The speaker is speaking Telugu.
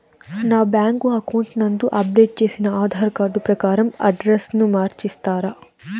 నా బ్యాంకు అకౌంట్ నందు అప్డేట్ చేసిన ఆధార్ కార్డు ప్రకారం అడ్రస్ ను మార్చిస్తారా?